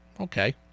Okay